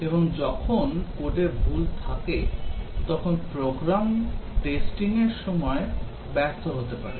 এবং যখন কোডে ভুল থাকে তখন প্রোগ্রামটা টেস্টিং এর সময় ব্যর্থ হতে পারে